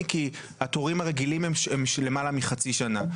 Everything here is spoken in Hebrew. כי התורים הרגילים הם של למעלה מחצי שנה.